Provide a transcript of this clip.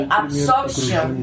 absorption